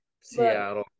Seattle